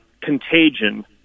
contagion